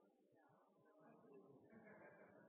gjøre. Det er nettopp det